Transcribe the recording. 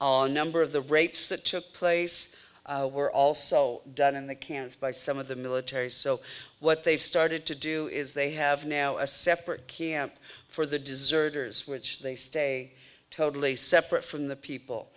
n number of the rapes that took place were also done in the camps by some of the military so what they've started to do is they have now a separate camp for the desert hers which they stay totally separate from the people